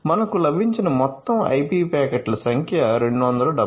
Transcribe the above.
మనకు లభించిన మొత్తం ఐపి ప్యాకెట్ల సంఖ్య 277